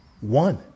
one